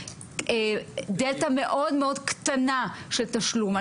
דאטה מאוד קטנה של תשלום.